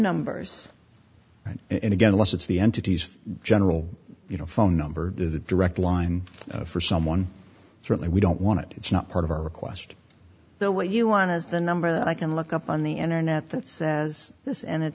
numbers and again unless it's the entities general you know phone number or the direct line for someone certainly we don't want to it's not part of our request though what you want is the number that i can look up on the internet that says this and that